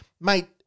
mate